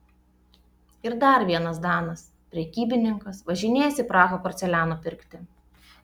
ir dar vienas danas prekybininkas važinėjęs į prahą porceliano pirkti